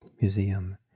museum